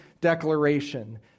declaration